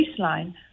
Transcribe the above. baseline